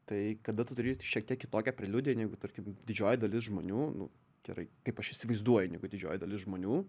tai bet tu turi šiek tiek kitokią preliudiją negu tarkim didžioji dalis žmonių gerai kaip aš įsivaizduoju negu didžioji dalis žmonių